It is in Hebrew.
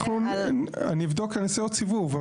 אני אבדוק, אני אעשה עוד סיבוב.